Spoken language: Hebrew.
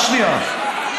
רק שנייה.